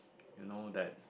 you know that